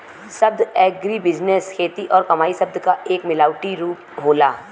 शब्द एग्रीबिजनेस खेती और कमाई शब्द क एक मिलावटी रूप होला